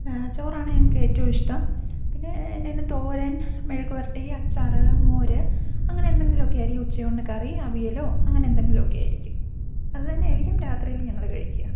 ചോറാണ് ഞങ്ങൾക്ക് ഏറ്റവും ഇഷ്ടം പിന്നെ അതിന് തോരൻ മെഴുക്ക് പുരട്ടി അച്ചാറ് മോര് അങ്ങനെ എന്തെങ്കിലും ഒക്കെ ആയിരിക്കും ഉച്ചയൂണിന് കറി അവിയലോ അങ്ങനെ എന്തെങ്കിലും ഒക്കെ ആയിരിക്കും അതു തന്നെ ആയിരിക്കും രാത്രിയിലും ഞങ്ങൾ കഴിക്കുക